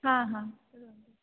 ହଁ ହଁ ରୁହନ୍ତୁ